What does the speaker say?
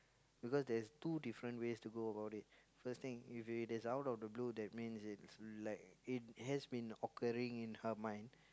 because there is two different ways to go about it first thing if it is out of the blue that means it's like it has been occurring in her mind